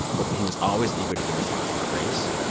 but he was always eager to give us talks about race.